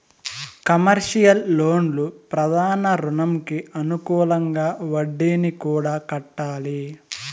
commercial లోన్లు ప్రధాన రుణంకి అనుకూలంగా వడ్డీని కూడా కట్టాలి